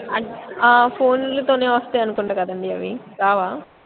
అంటే ఫోన్లతోనే వస్తాయి అనుకుంటా కదా అండి అవి రావా